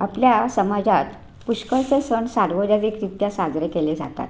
आपल्या समाजात पुष्कळसे सण सार्वजनिकरित्या साजरे केले जातात